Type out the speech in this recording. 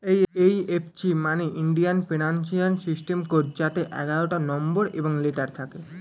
এই F C মানে Indian financial system code যাতে এগারোটা নম্বর এবং লেটার থাকে